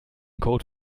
code